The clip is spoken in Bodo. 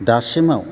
दासिमाव